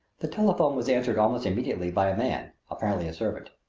the telephone was answered almost immediately by a man, apparently a servant.